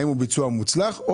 האם הוא ביצוע מוצלח.